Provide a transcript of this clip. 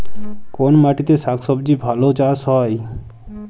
কোন মাটিতে শাকসবজী ভালো চাষ হয়?